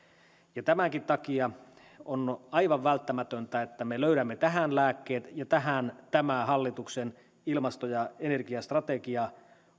tämänkin takia on aivan välttämätöntä että me löydämme tähän lääkkeet ja tähän tämä hallituksen ilmasto ja energiastrategia